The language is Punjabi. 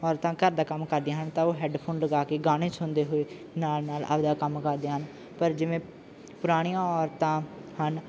ਔਰਤਾਂ ਘਰ ਦਾ ਕੰਮ ਕਰਦੀਆਂ ਹਨ ਤਾਂ ਉਹ ਹੈੱਡਫੋਨ ਲਗਾ ਕੇ ਗਾਣੇ ਸੁਣਦੇ ਹੋਏ ਨਾਲ ਨਾਲ ਆਪਦਾ ਕੰਮ ਕਰਦੇ ਹਨ ਪਰ ਜਿਵੇਂ ਪੁਰਾਣੀਆਂ ਔਰਤਾਂ ਹਨ